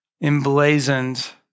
emblazoned